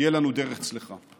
שתהיה לנו דרך צלחה.